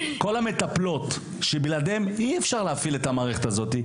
כל המטפלות שבלעדיהן אי-אפשר להפעיל את המערכת הזאת,